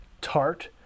tart